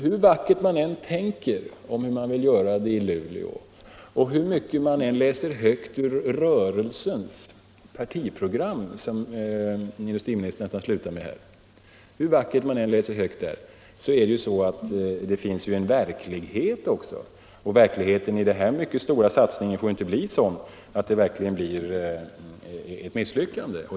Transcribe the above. Hur vackert man än tänker och planerar att göra det i Luleå, och hur mycket man än läser högt ur ”rörelsens” partiprogram —- som industriministern slutade sitt senaste anförande med — så finns det ju ändå en verklighet också. Och verkligheten i denna mycket stora satsning får inte bli sådan att det blir ett misslyckande.